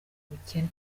ubukene